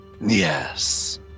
Yes